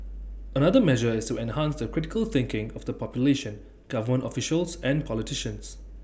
another measure is to enhance the critical thinking of the population government officials and politicians